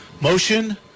motion